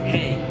Hey